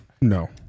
no